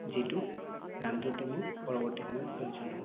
যিটো ৰান্ধোঁতে মোৰ পৰৱৰ্তী সময়ত প্ৰয়োজন হ'ব